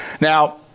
Now